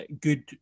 good